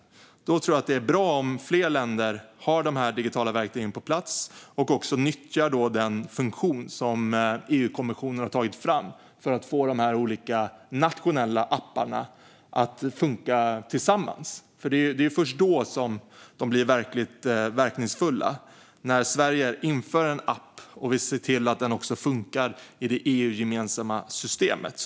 Då tror jag att det är bra om fler länder har de digitala verktygen på plats och även nyttjar den funktion som EU-kommissionen har tagit fram för att få de olika nationella apparna att funka tillsammans. Det är ju först då de blir verkligt verkningsfulla - när Sverige inför en app och ser till den också funkar i det EU-gemensamma systemet.